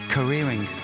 Careering